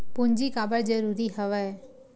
पूंजी काबर जरूरी हवय?